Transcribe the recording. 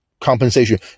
compensation